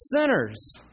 sinners